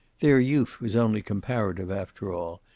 their youth was only comparative after all,